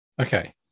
Okay